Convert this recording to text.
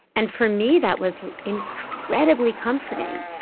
and for me, that was incredibly comforting.